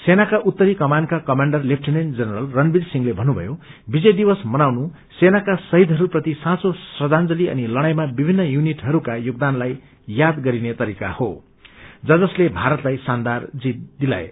सेनाका उत्तरी कमानका कमाण्डर लेफ्टिनेन्ट जनरल रणबीर सिंहले भन्नुथयो विजय दिवस मनाउनु सेनाका शहीदहस्प्रति साँचो श्रद्धांजलि अनि लड़ाईमा विभिन्न यूनिटहरूका योगदानलाई याद गरिने तरीका हो ज जसले भारतलाई शानदार जीत दिलाए